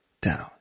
down